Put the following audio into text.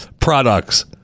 products